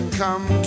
come